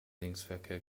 linksverkehr